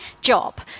job